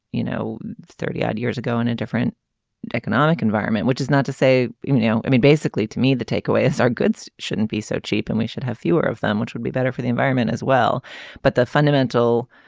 you know thirty odd years ago in a different economic environment which is not to say no. i mean basically to me the takeaway is our goods shouldn't be so cheap and we should have fewer of them which would be better for the environment as well but the fundamental